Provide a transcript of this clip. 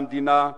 על המדינה,